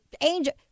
angel